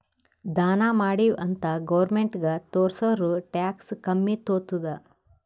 ದಾನಾ ಮಾಡಿವ್ ಅಂತ್ ಗೌರ್ಮೆಂಟ್ಗ ತೋರ್ಸುರ್ ಟ್ಯಾಕ್ಸ್ ಕಮ್ಮಿ ತೊತ್ತುದ್